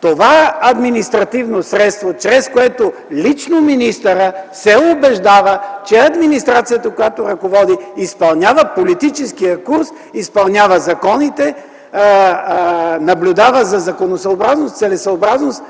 това административно средство, чрез което лично министърът се убеждава, че администрацията, която ръководи, изпълнява политическия курс, изпълнява законите, наблюдава законосъобразност, целесъобразност